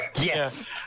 yes